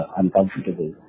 uncomfortable